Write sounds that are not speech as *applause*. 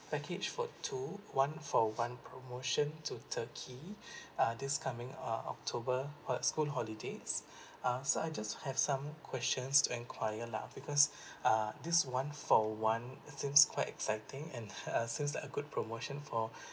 package for two one for one promotion to turkey uh this coming uh october at school holidays uh so I just have some questions to enquire lah because uh this one for one it seems quite exciting and *laughs* uh seems like a good promotion for *breath*